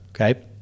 okay